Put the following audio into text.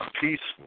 peaceful